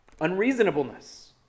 Unreasonableness